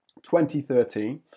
2013